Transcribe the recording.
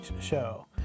show